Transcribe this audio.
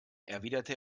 erwiderte